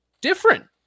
different